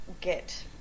get